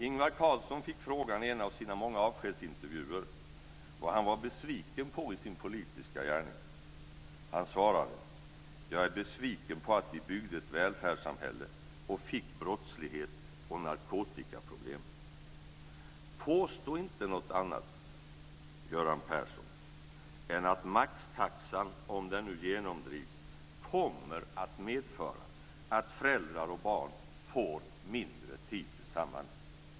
Ingvar Carlsson fick i en av sina många avskedsintervjuer frågan vad han var besviken på i sin politiska gärning. Han svarade: Jag är besviken på att vi byggde ett välfärdssamhälle och fick brottslighet och narkotikaproblem. Påstå inte något annat, Göran Persson, än att maxtaxan, om den nu genomdrivs, kommer att medföra att föräldrar och barn får mindre tid tillsammans.